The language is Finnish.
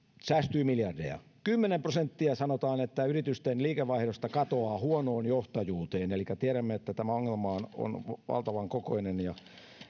säästyy miljardeja kymmenen prosenttia sanotaan yritysten liikevaihdosta katoaa huonoon johtajuuteen elikkä tiedämme että tämä ongelma on on valtavan kokoinen ja